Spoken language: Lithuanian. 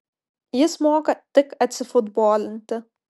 jis moka tik atsifutbolinti